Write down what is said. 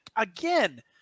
Again